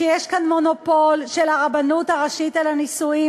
שיש כאן מונופול של הרבנות הראשית על הנישואים.